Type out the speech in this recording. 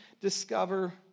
discover